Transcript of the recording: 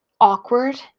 awkward